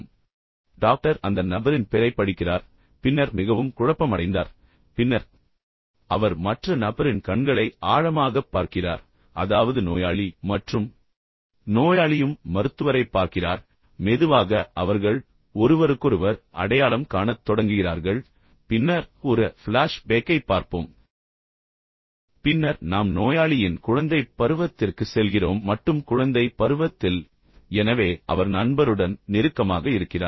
இப்போது டாக்டர் அந்த நபரின் பெயரைப் படிக்கிறார் பின்னர் மிகவும் குழப்பமடைந்தார் பின்னர் அவர் மற்ற நபரின் கண்களை ஆழமாகப் பார்க்கிறார் அதாவது நோயாளி மற்றும் நோயாளியும் மருத்துவரைப் பார்க்கிறார் மெதுவாக அவர்கள் ஒருவருக்கொருவர் அடையாளம் காணத் தொடங்குகிறார்கள் பின்னர் ஒரு ஃபிளாஷ் பேக்கைப் பார்ப்போம் பின்னர் நாம் நோயாளியின் குழந்தைப் பருவத்திற்கு செல்கிறோம் மட்டும் குழந்தை பருவத்தில் எனவே அவர் நண்பருடன் நெருக்கமாக இருக்கிறார்